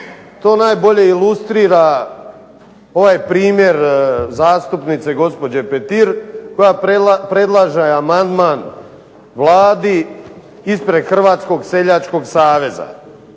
To najbolje ilustrira ovaj primjer zastupnice gospođe Petir koja predlaže amandman Vladi ispred Hrvatskog seljačkog saveza.